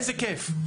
איזה כיף,